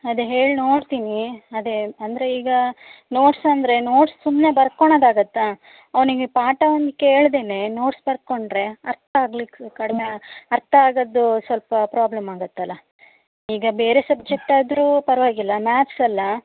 ಅದೆ ಹೇಳಿ ನೋಡ್ತೀನಿ ಅದೆ ಅಂದರೆ ಈಗ ನೋಟ್ಸ್ ಅಂದರೆ ನೋಟ್ಸ್ ಸುಮ್ಮನೆ ಬರ್ಕೊಣದು ಆಗುತ್ತ ಅವನಿಗೆ ಪಾಠ ಅವ್ನು ಕೇಳದೆನೆ ನೋಟ್ಸ್ ಬರ್ಕೊಂಡರೆ ಅರ್ಥ ಆಗ್ಲಿಕ್ಕೆ ಕಡಿಮೆ ಅರ್ಥ ಆಗದ್ದು ಸ್ವಲ್ಪ ಪ್ರಾಬ್ಲಮ್ ಆಗುತ್ತಲ್ಲ ಈಗ ಬೇರೆ ಸಬ್ಜೆಕ್ಟ್ ಆದರು ಪರವಾಗಿಲ್ಲ ಮ್ಯಾತ್ಸ್ ಅಲ್ಲ